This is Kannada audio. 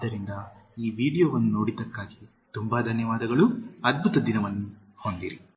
ಆದ್ದರಿಂದ ಈ ವೀಡಿಯೊವನ್ನು ನೋಡಿದ್ದಕ್ಕಾಗಿ ತುಂಬಾ ಧನ್ಯವಾದಗಳು ಅದ್ಭುತ ದಿನವನ್ನು ಹೊಂದಿರಿ